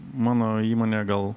mano įmonė gal